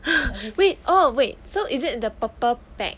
wait orh wait so is it the purple pack